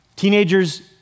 Teenagers